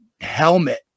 helmet